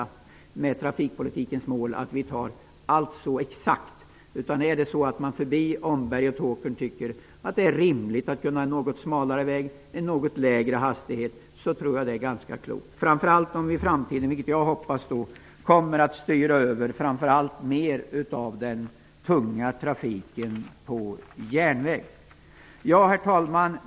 Om man tycker att det är rimligt med en något smalare väg förbi Omberg och Tåkern och med en något lägre hastighet, tror jag att det är ganska klokt att tillgodose sådana önskemål. Det gäller framför allt om vi, vilket jag hoppas, i framtiden kommer att styra över mera av främst den tunga trafiken till järnväg. Herr talman!